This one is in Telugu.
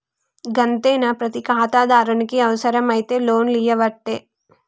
గంతేనా, ప్రతి ఖాతాదారునికి అవుసరమైతే లోన్లియ్యవట్టే